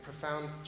profound